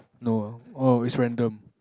no uh oh it's random